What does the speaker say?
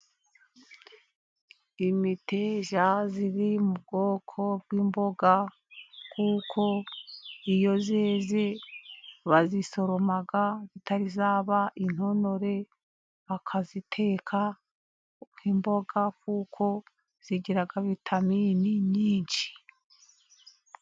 Imiteja iri mu bwoko bw'imboga kuko iyo yeze bayisoroma itaraba intonore bakayiteka nk'imboga kuko igira vitaminini nyinshi.